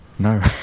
No